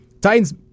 Titans